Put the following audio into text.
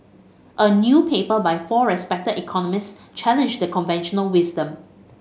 a new paper by four respected economists challenges the conventional wisdom